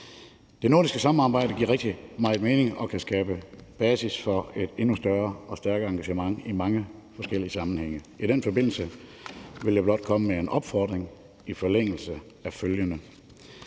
Det nordiske samarbejde giver rigtig meget mening og kan skabe basis for et endnu større og stærkere engagement i mange forskellige sammenhænge. I den forbindelse vil jeg blot komme med en opfordring i forlængelse af følgende: